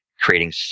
creating